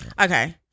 Okay